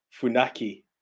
Funaki